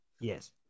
yes